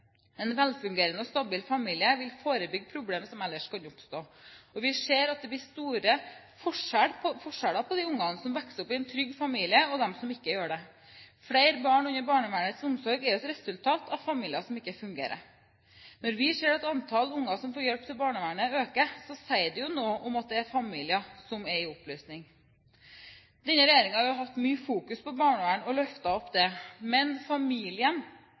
En velfungerende og stabil familie vil forebygge problem som ellers kan oppstå. Vi ser at det blir store forskjeller på de ungene som har vokst opp i en trygg familie, og dem som ikke gjør det. Flere barn under barnevernets omsorg er jo et resultat av familier som ikke fungerer. Når vi ser at antallet barn som får hjelp i barnevernet, øker, sier det jo noe om at det er familier som er i oppløsning. Denne regjeringen har jo hatt mye fokus på barnevern og løftet opp det, men familien,